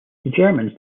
germans